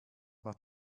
macht